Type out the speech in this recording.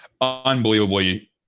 unbelievably